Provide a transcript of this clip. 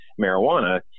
marijuana